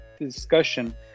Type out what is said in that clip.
discussion